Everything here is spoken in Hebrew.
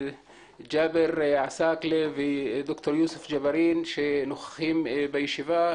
ג'אבר עסאקלה ודוקטור יוסף ג'בארין שנוכחים בישיבה.